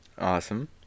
Awesome